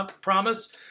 promise